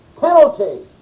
penalty